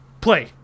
Play